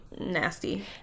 nasty